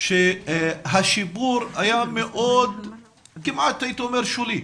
השיפור היה כמעט שולי.